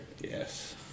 Yes